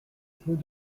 clos